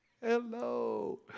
hello